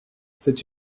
c’est